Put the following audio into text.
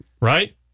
right